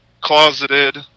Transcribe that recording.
closeted